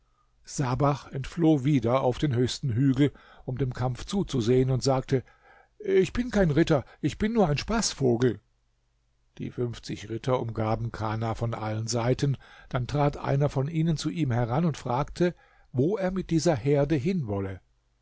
sabach entfloh wieder auf den höchsten hügel um dem kampf zuzusehen und sagte ich bin kein ritter ich bin nur ein spaßvogel die fünfzig ritter umgaben kana von allen seiten dann trat einer von ihnen zu ihm heran und fragte wo er mit dieser herde